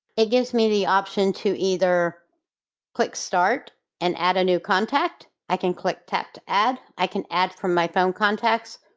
it gives me the option to either click start and add a new contact. i can click tap to add, i can add from my phone contacts,